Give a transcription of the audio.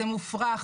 מופרך,